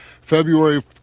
February